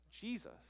Jesus